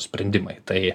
sprendimai tai